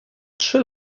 trzy